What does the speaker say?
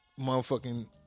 motherfucking